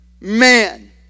man